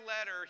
letter